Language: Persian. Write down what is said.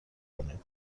کنید